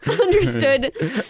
Understood